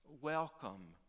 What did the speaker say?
welcome